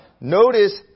notice